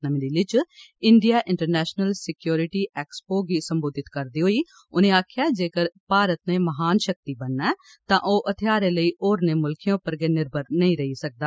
नमीं दिल्ली च India international security expo गी संबोधित करदे होई उनें आखेआ जेगर भारत नै महाशक्ति बनना ऐ तां ओह थेहारें लेई होरनें मुल्खें उप्पर गै निर्भर नेई रेई सकदा